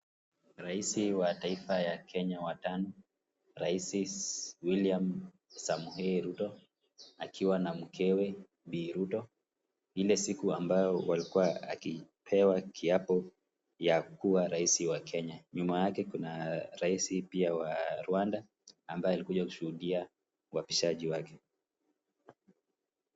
Raisi wa taifa ya Kenya wa tano ,raisi William Samoei Ruto akiwa na mkewe Bi. Ruto ile siku ambayo alikuwa akipewa kiapo ya kukuwa raisi wa Kenya. Nyuma yake kuna raisi pia wa Rwanda ambaye alikuja kushuhudia uapishaji wake.